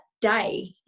day